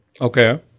Okay